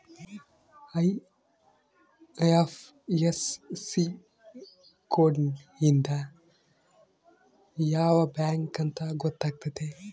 IFSC code ಇಂದ ಯಾವ bank ಅಂತ ಗೊತ್ತಾತತೆ